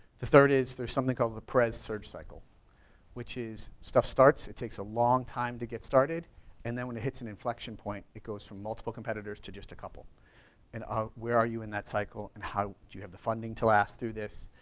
the third is, there's something called the perez surge cycle which is, stuff starts, it takes a long time to get started and then when it hits an inflection point, it goes from multiple competitors to just a couple and ah where are you in that cycle? and do you have the funding to last through this?